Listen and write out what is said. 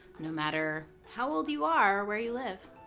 no matter how old you are or where you live.